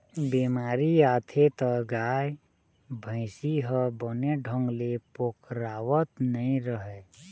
बेमारी आथे त गाय, भइसी ह बने ढंग ले पोगरावत नइ रहय